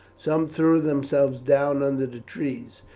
some threw themselves down under the trees,